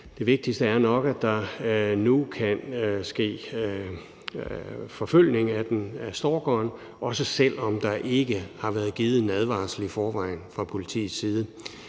Det vigtigste er nok, at der nu kan ske forfølgning af stalkeren, også selv om der ikke har været givet en advarsel i forvejen fra politiets side.